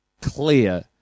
clear